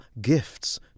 gifts